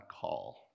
call